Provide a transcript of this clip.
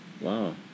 Wow